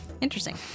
Interesting